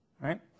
right